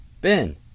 Ben